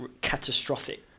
catastrophic